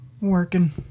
Working